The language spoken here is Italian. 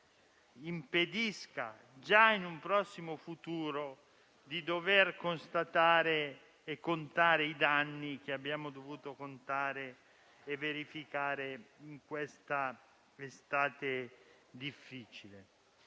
impedisca, già in un prossimo futuro, di dover constatare i danni che abbiamo dovuto contare in questa estate difficile.